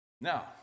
Now